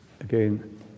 again